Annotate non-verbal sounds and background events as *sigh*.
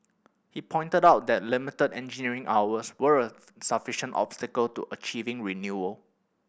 he pointed out that limited engineering hours were a *unintelligible* obstacle to achieving renewal